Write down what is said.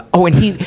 uh oh, and he,